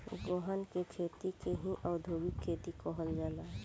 गहन के खेती के ही औधोगिक खेती कहल जाला